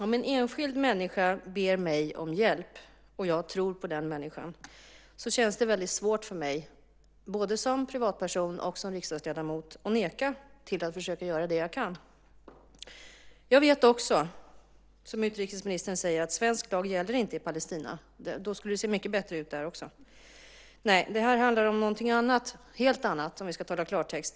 Om en enskild människa ber mig om hjälp och jag tror på den människan känns det väldigt svårt för mig både som privatperson och som riksdagsledamot att neka att försöka göra vad jag kan. Jag vet också att, som utrikesministern säger, svensk lag inte gäller i Palestina - då skulle det se mycket bättre ut också där. Nej, det här handlar om någonting annat - om någonting helt annat, om vi ska tala klarspråk.